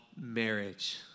marriage